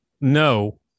no